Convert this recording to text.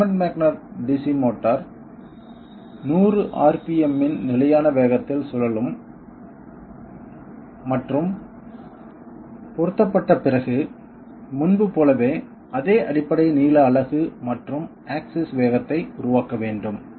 permanent magnet DC motor 100 rpm இன் நிலையான வேகத்தில் சுழலும் மற்றும் பொருத்தப்பட்ட பிறகு முன்பு போலவே அதே அடிப்படை நீள அலகு மற்றும் ஆக்சிஸ் வேகத்தை உருவாக்க வேண்டும்